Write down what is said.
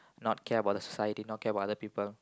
not care about the society not care about other people